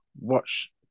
watch